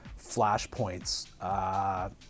flashpoints